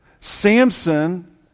Samson